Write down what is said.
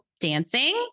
dancing